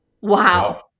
wow